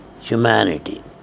humanity